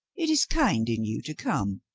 it is kind in you to come.